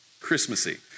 Christmassy